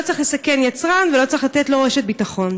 צריך לסכן יצרן ולא צריך לתת לו רשת ביטחון.